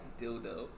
dildo